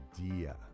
idea